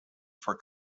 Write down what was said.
for